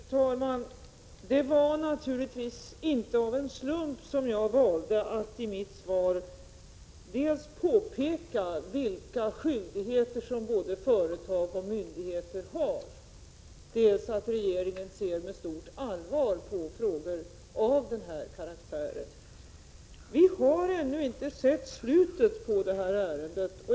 Fru talman! Det var naturligtvis inte av en slump som jag valde att i mitt svar dels påpeka vilka skyldigheter som både företag och myndigheter har, dels säga att regeringen ser med stort allvar på frågor av den här karaktären. Vi har ännu inte sett slutet på detta ärende.